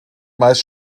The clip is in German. meist